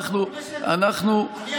אתה משקר על במת הכנסת?